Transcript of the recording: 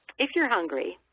if you're hungry,